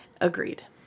Agreed